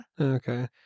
okay